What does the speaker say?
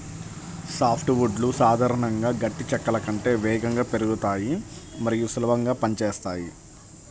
soft వుడ్లు సాధారణంగా గట్టి చెక్కల కంటే వేగంగా పెరుగుతాయి మరియు సులభంగా పని చేస్తాయి